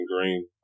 Green